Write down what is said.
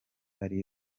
ari